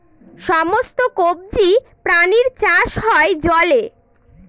সমস্ত কবজি প্রাণীর চাষ হয় জলে